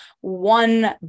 one